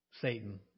Satan